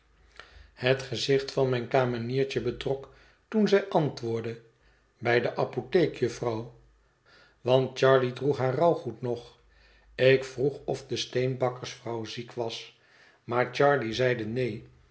het gezicht van mijn kameniertje betrok toen zij antwoordde bij de apotheek jufvrouw want charley droeg haar rouwgoed nog ik vroeg of de steenbakkersvrouw ziek was maar charley zeide neen